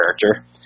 character